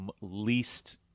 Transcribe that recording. least